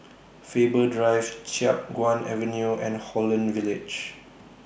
Faber Drive Chiap Guan Avenue and Holland Village